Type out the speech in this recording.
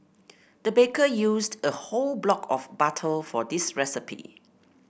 the baker used a whole block of butter for this recipe